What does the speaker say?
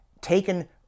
taken